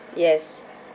yes